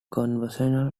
conversational